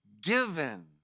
given